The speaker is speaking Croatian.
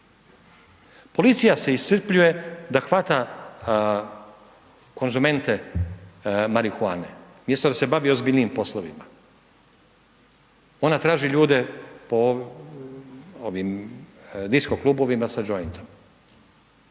Policija se iscrpljuje da hvata konzumente marihuane mjesto da se bavi ozbiljnijim poslovima, ona traži ljude po ovim disko klubovima sa jointom,